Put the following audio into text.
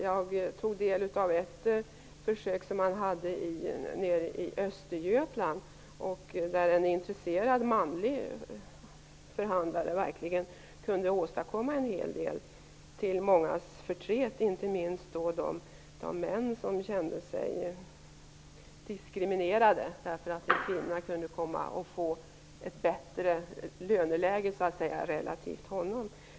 Jag har tagit del av ett försök som man har genomfört i Östergötland där en intresserad manlig förhandlare verkligen har åstadkommit en hel del. Till hans förtret var det inte minst många män som kände sig diskriminerade därför att en kvinna kunde få ett relativt bättre löneläge.